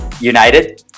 United